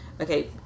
okay